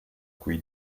qui